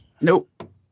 Nope